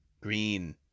Green